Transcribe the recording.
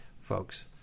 folks